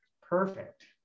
perfect